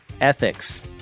ethics